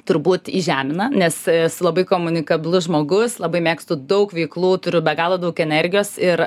turbūt įžemina nes esu labai komunikabilus žmogus labai mėgstu daug veiklų turiu be galo daug energijos ir